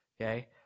Okay